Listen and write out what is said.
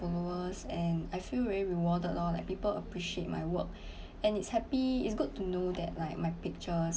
followers and I feel very rewarded lor like people appreciate my work and it's happy it's good to know that like my pictures